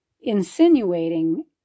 insinuating